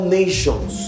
nations